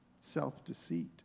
Self-deceit